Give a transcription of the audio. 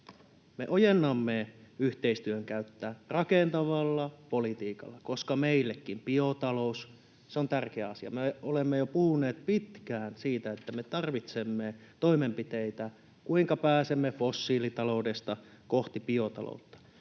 ojennamme yhteistyön kättä rakentavalla politiikalla, koska meillekin biotalous on tärkeä asia. Me olemme puhuneet jo pitkään siitä, että me tarvitsemme toimenpiteitä, kuinka pääsemme fossiilitaloudesta kohti biotaloutta.